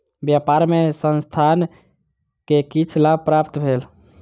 व्यापार मे संस्थान के किछ लाभ प्राप्त भेल